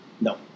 No